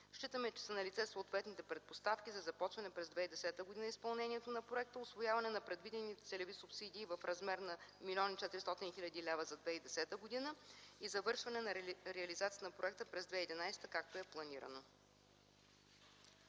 Считаме, че са налице съответните предпоставки за започване през 2010 г. на изпълнението на проекта, усвояване на предвидените целеви субсидии в размер на 1 млн. 400 хил. лв. за 2010 г. и завършване на реализацията на проекта през 2011 г., както е планирано.